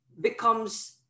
becomes